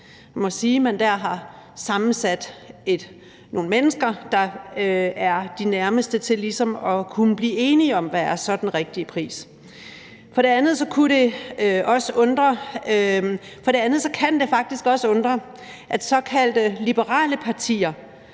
der har sammensat nogle mennesker, der er de nærmeste til ligesom at kunne blive enige om, hvad den rigtige pris så er. For det andet kan det faktisk også undre, at såkaldte liberale partier,